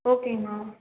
ஓகேங்க மேம்